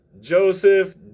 Joseph